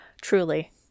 Truly